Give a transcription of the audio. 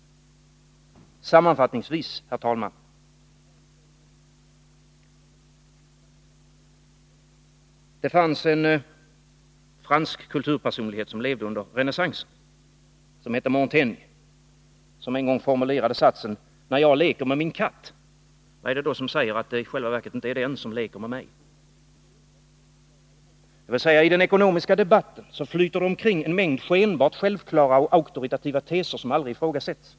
Sammanfattningsvis, herr talman: Det fanns en fransk kulturpersonlighet under renässansen som hette Montaigne och som en gång formulerade satsen: När jag leker med min katt, vad är det då som säger att det inte i själva verket är den som leker med mig? I den ekonomiska debatten flyter det omkring en mängd skenbart självklara och auktoritativa teser som aldrig ifrågasätts.